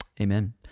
Amen